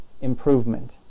improvement